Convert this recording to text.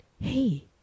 hey